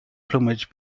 plumage